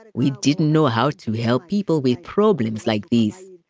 and we didn't know how to help people with problems like these.